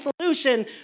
solution